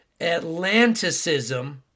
Atlanticism